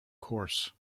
course